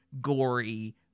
gory